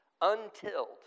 untilled